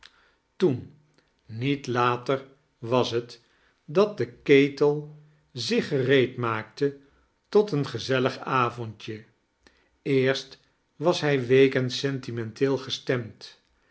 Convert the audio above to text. toen niet later was het dat de ketel zich gereed maakte tot een gezellig avomdje eetrst was hij week en sentimenteel gestemd